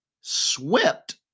swept